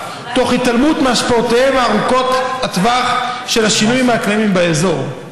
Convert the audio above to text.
תוך התעלמות מהשפעותיהם ארוכות הטווח של השינויים האקלימיים באזור".